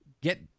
get